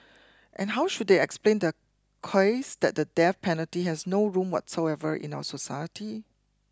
and how should they explain their that the death penalty has no room whatsoever in our society